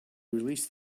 released